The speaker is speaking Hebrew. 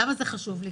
למה זה חשוב לי?